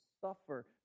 suffer